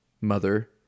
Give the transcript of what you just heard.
mother